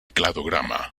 cladograma